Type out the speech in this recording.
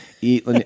eat